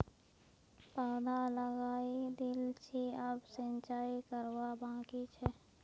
पौधा लगइ दिल छि अब सिंचाई करवा बाकी छ